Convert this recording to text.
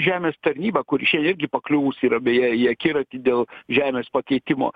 žemės tarnyba kuri šian irgi pakliuvus yra beje į akiratį dėl žemės pakeitimo